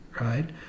right